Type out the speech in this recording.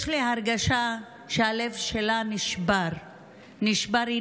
יש לי הרגשה שהלב שלה נשבר מכל הבלגן.